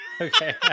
Okay